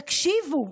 תקשיבו.